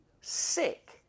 sick